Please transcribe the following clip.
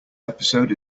episode